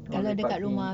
no lepaking